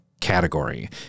category